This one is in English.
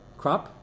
crop